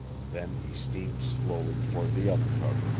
then he steamed slowly toward the other tug.